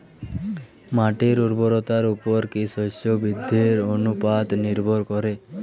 মাটির উর্বরতার উপর কী শস্য বৃদ্ধির অনুপাত নির্ভর করে?